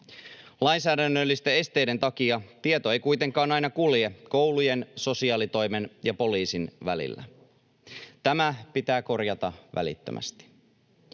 Lainsäädännöllisten esteiden takia tieto ei kuitenkaan aina kulje koulujen, sosiaalitoimen ja poliisin välillä. Tämä pitää korjata välittömästi.